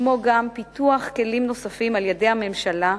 כמו גם פיתוח כלים נוספים על-ידי הממשלה,